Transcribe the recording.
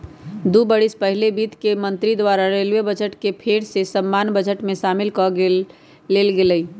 दू बरिस पहिले वित्त मंत्री द्वारा रेलवे बजट के फेर सँ सामान्य बजट में सामिल क लेल गेलइ